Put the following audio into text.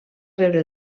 rebre